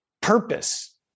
purpose